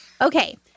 Okay